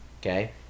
Okay